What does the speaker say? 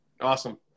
Awesome